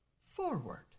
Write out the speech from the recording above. forward